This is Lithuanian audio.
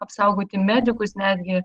apsaugoti medikus netgi